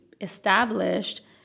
Established